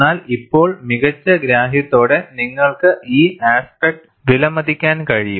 എന്നാൽ ഇപ്പോൾ മികച്ച ഗ്രാഹ്യത്തോടെ നിങ്ങൾക്ക് ഈ ആസ്പെക്റ്റ് വിലമതിക്കാൻ കഴിയും